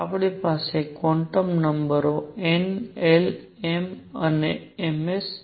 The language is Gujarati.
આપણી પાસે ક્વોન્ટમ નંબરો n l m અને ms છે